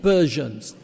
Persians